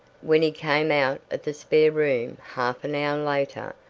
when he came out of the spare room half an hour later,